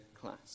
class